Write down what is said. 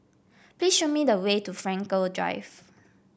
please show me the way to Frankel Drive